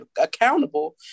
accountable